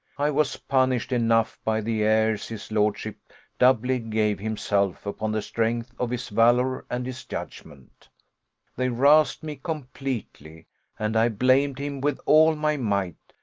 i was punished enough by the airs his lordship doubly gave himself, upon the strength of his valour and his judgment they roused me completely and i blamed him with all my might,